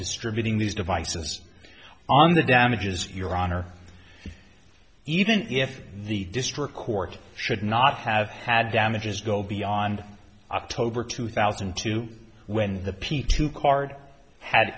distributing these devices on the damages your honor even if the district court should not have had damages go beyond october two thousand and two when the p two card had